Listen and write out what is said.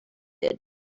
did